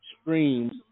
streams